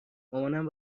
مامانم